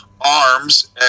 arms